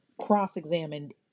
cross-examined